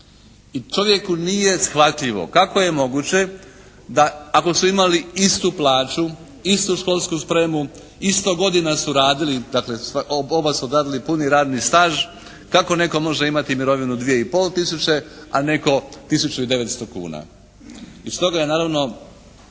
i čovjeku nije shvatljivo kako je moguće da ako su imali istu plaću, istu školsku spremu, isto godina su radili, dakle oba su radili puni radni staž, kako netko može imati mirovinu 2 i pol tisuće a netko tisuću i 900 kuna. I stoga je naravno